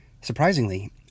Surprisingly